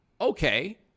okay